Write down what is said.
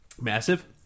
massive